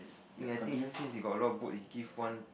think I think since he got a lot of boat he give one